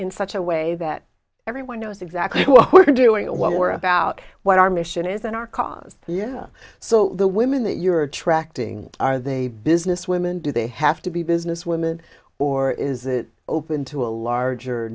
in such a way that everyone knows exactly what we're doing what we're about what our mission is and our cause yeah so the women that you are attracting are the business women do they have to be business women or is it open to a larger